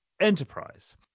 Enterprise